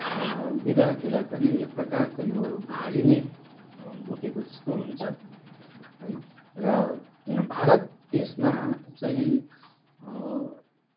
विद्यार्थीलाई पनि एक प्रकारको यो भारी नै बोकेको जस्तो हुन्छ है र भारत देशमा चाहिँ